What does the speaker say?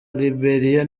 liberiya